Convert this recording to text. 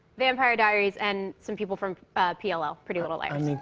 vampire diaries, and some people from pll, ah pretty little liars.